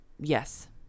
Yes